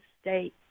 state